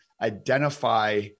identify